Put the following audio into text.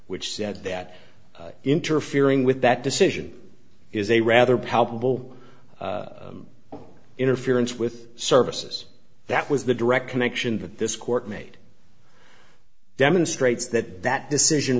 which said that interfering with that decision is a rather palpable interference with services that was the direct connection that this court made demonstrates that that decision